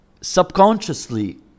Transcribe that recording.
subconsciously